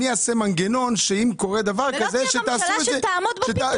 אני אעשה מנגנון שאם קורה דבר כזה שתעשו את זה בצורה